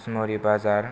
बिसमुरि बाजार